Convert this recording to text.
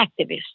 activists